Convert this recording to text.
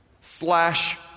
slash